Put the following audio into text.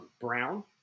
Brown